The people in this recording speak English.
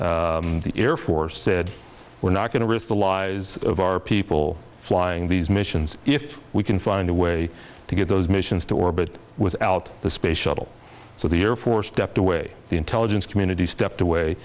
the air force said we're not going to risk the lives of our people flying these missions if we can find a way to get those missions to orbit without the space shuttle so the air force stepped away the intelligence community stepped away